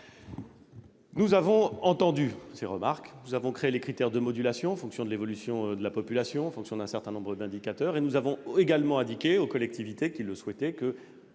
Nous avons entendu ces remarques. Nous avons créé des critères de modulation en fonction de l'évolution de la population et d'un certain nombre d'indicateurs. Nous avons également indiqué, aux collectivités qui le souhaitaient, que